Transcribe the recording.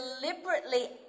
deliberately